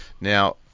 Now